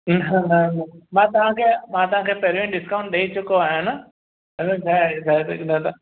न न मां तव्हांखे मां तव्हांखे पहिरियों ई डिस्काउंट ॾेई चुको आहियां न अड़े न अड़े न न